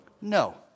No